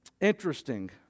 Interesting